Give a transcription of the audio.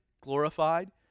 glorified